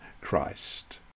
Christ